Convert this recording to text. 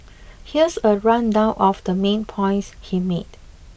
here's a rundown of the main points he made